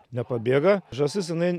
nepabėga žąsis jinai